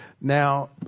Now